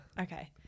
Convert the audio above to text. Okay